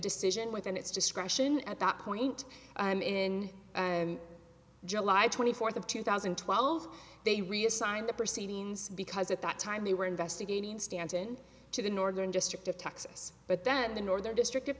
decision within its discretion at that point in july twenty fourth of two thousand and twelve they reassigned the proceedings because at that time they were investigating stanton to the northern district of texas but then the northern district of